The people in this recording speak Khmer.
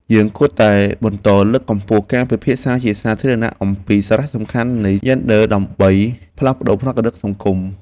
យើងគួរតែបន្តលើកកម្ពស់ការពិភាក្សាជាសាធារណៈអំពីសារៈសំខាន់នៃយេនឌ័រដើម្បីផ្លាស់ប្តូរផ្នត់គំនិតសង្គម។